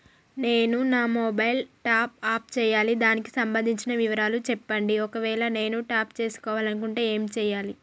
నేను నా mobile top up చేయాలి దానికి సంబంధించిన వివరాలు చెప్పండి ఒకవేళ నేను టాప్ చేసుకోవాలనుకుంటే ఏం చేయాలి?